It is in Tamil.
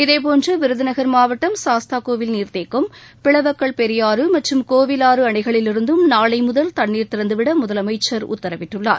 இதேபோன்று விருதுநகர் மாவட்டம் சாஸ்தாகோவில் நீர்த்தேக்கம் பிளவக்கல் பெரியாறு மற்றும் கோவிலாறு அணைகளிலிருந்தும் நாளை முதல் தண்ணீர் திறந்துவிட முதலமைச்சர் உத்தரவிட்டுள்ளார்